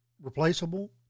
replaceable